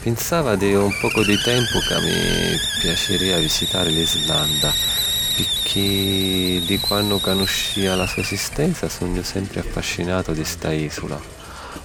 Pinsava pi un pocu di tempu ca mi piacirìa visitari l'Islanda pirchì di quannu canuscìa la so esistenza sugnu sempri affascinatu di sta ìsula.